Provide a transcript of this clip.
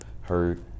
hurt